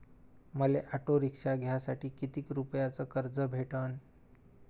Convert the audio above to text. मले auto rickshaw घ्यासाठी कितीक रुपयाच कर्ज भेटनं?